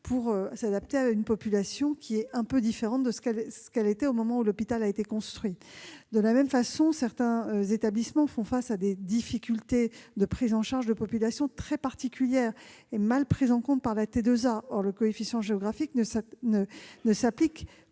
pour s'adapter à une population quelque peu différente de ce qu'elle était au moment où l'hôpital a été construit. De la même façon, certains établissements font face à des difficultés de prise en charge de populations très particulières, qui sont mal identifiées par la tarification à l'activité, la T2A. Or le coefficient géographique ne s'applique